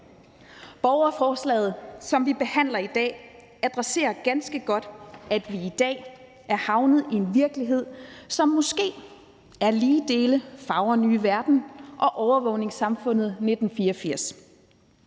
Borgerforslaget, som vi behandler i dag, adresserer ganske godt, at vi i dag er havnet i en virkelighed, som måske er lige dele »Fagre nye verden« og overvågningssamfundet »1984«.